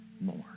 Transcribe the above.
more